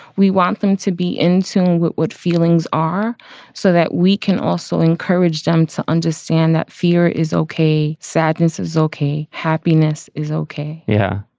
we want them to be in tune with what feelings are so that we can also encourage them to understand that fear is okay. sadness is okay. happiness is ok yeah.